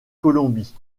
colombie